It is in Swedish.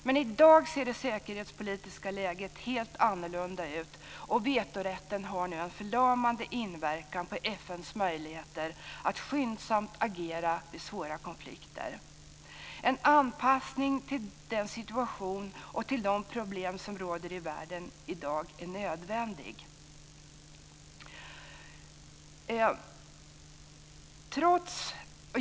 Men i dag ser det säkerhetspolitiska läget helt annorlunda ut, och vetorätten har nu en förlamande inverkan på FN:s möjligheter att skyndsamt agera vid svåra konflikter. En anpassning till den situation och de problem som råder i världen i dag är nödvändig.